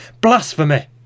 Blasphemy